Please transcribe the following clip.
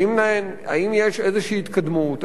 האם יש איזו התקדמות,